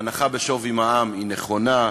הנחה בשווי מע"מ היא נכונה,